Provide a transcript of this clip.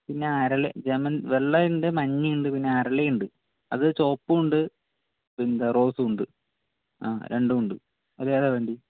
പിന്നെ അരളി വെള്ളയുണ്ട് മഞ്ഞയുണ്ട് പിന്നെ അരളിയുണ്ട് അത് ചുവപ്പും ഉണ്ട് റോസും ഉണ്ട് രണ്ടും ഉണ്ട് അതിലെന്താ വേണ്ടിയത്